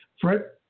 Fred